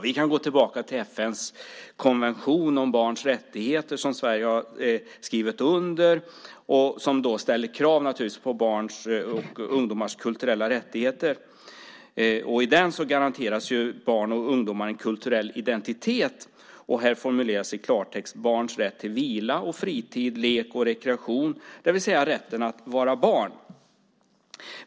Vi kan gå tillbaka till FN:s konvention om barns rättigheter, som Sverige har skrivit under och som naturligtvis ställer krav på barns och ungdomars kulturella rättigheter. I den garanteras barn och ungdomar en kulturell identitet. Här formuleras i klartext barns rätt till vila, fritid, lek och rekreation, det vill säga rätten att vara barn.